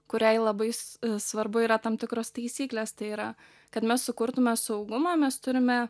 kuriai labai sv svarbu yra tam tikros taisyklės tai yra kad mes sukurtume saugumą mes turime